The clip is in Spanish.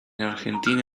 argentina